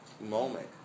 moment